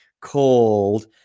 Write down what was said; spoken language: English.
called